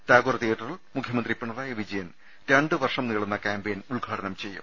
ടാഗോർ തിയേറ്ററിൽ മുഖ്യമന്ത്രി പിണ റായി വിജയൻ രണ്ടു വർഷം നീളുന്ന കാമ്പയ്യിൻ ഉദ്ഘാടനം ചെയ്യും